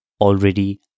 already